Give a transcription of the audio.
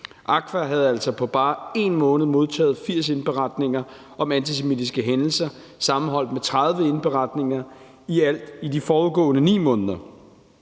AKVAH havde altså på bare én måned modtaget 80 indberetninger om antisemitiske hændelser sammenholdt med 30 indberetninger i de forudgående 9 måneder.